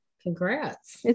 Congrats